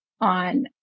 on